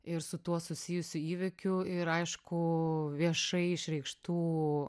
ir su tuo susijusių įvykių ir aišku viešai išreikštų